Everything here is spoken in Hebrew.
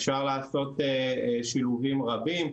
אפשר לעשות שילובים רבים.